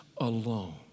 alone